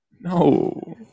No